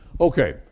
Okay